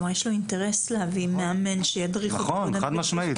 כלומר יש לו אינטרס להביא מאמן שידריך פעם ראשונה על המתקנים.